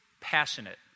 passionate